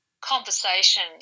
conversation